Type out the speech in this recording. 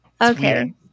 Okay